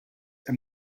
are